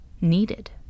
needed